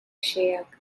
xeheak